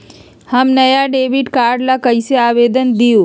हम नया debit card ला कईसे आवेदन दिउ?